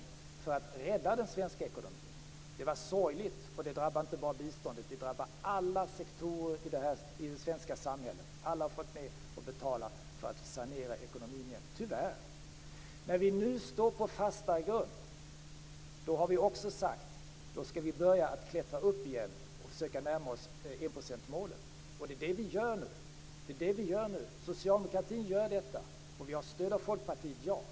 Vi var tvungna att göra det för att rädda den svenska ekonomin. Det var sorgligt, och det drabbade inte bara biståndet utan alla sektorer i det svenska samhället. Alla har tyvärr fått vara med och betala för att sanera ekonomin. När vi nu står på en fastare grund har vi sagt att vi skall börja klättra upp igen och försöka närma oss enprocentsmålet. Det är det som vi gör nu. Socialdemokraterna gör detta, och vi har stöd av Folkpartiet.